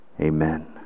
Amen